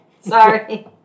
Sorry